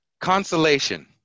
Consolation